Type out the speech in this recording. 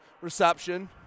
reception